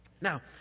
Now